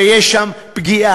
ויש שם פגיעה.